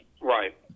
Right